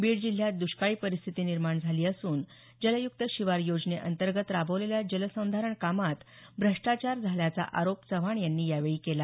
बीड जिल्ह्यात दुष्काळी परिस्थिती निर्माण झाली असून जलयुक्त शिवार योजनेअंतर्गत राबवलेल्या जलसंधारण कामात भ्रष्टाचार झाल्याचा आरोप चव्हाण यांनी यावेळी केला